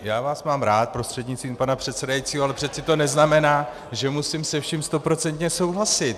Já vás mám rád prostřednictvím pana předsedajícího, ale přece to neznamená, že musím se vším stoprocentně souhlasit.